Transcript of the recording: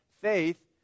faith